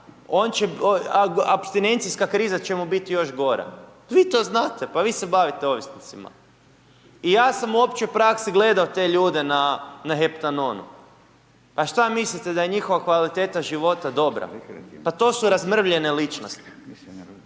apstinencijska kriza će mu biti još gora, vi to znate, pa vi se bavite ovisnicima. I ja sam u općoj praksi gledao te ljude na heptanonu. Pa šta mislite da je njihova kvaliteta života dobra, pa to su razmrvljene ličnos